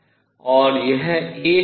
और यह a है